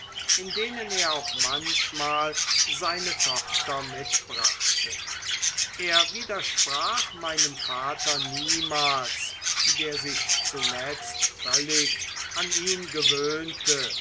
in denen er auch manchmal seine tochter mitbrachte er widersprach meinem vater niemals der sich zuletzt völlig an ihn gewöhnte